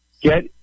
get